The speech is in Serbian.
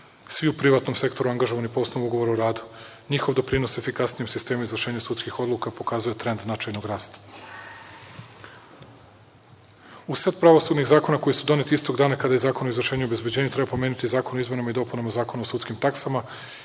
svi u privatnom sektoru angažovani po osnovu ugovora o radu. Njihov doprinos efikasnijem sistemu izvršenja sudskih odluka pokazuje trend značajnog rasta. Uz set pravosudnih zakona, koji su doneti istog dana kao i Zakon o izvršenju i obezbeđenju, treba pomenuti Zakon o izmenama i dopunama Zakona o sudskim taksama